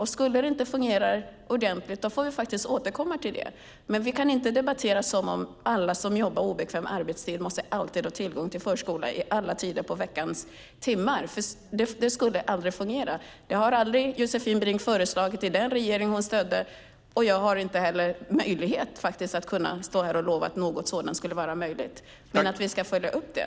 Om det inte fungerar ordentligt får vi återkomma. Vi kan inte föra en debatt som om alla som arbetar på obekväm tid alltid måste ha tillgång till förskola alla timmar i veckan. Det skulle aldrig fungera. Det har inte Josefin Brink föreslagit någon gång i den regering hon stödde. Jag har inte möjlighet att lova något sådan. Men vi ska självklart följa upp det.